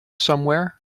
somewhere